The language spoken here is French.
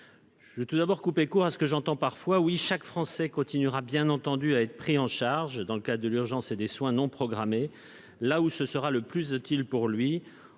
Je veux tout d'abord couper court à ce que j'entends parfois. Chaque Français continuera bien à être pris en charge dans le cadre de l'urgence et des soins non programmés là où ce sera le plus utile pour lui.